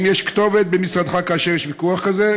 האם יש כתובת במשרדך כאשר יש ויכוח כזה,